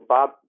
Bob